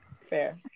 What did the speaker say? fair